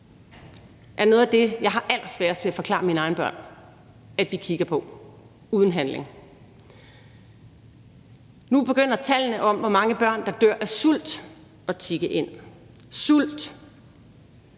er noget af det, jeg har allersværest ved at forklare mine egne børn at vi kigger på uden handling. Nu begynder tallene om, hvor mange børn der dør af sult, at tikke ind – sult.